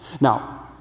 now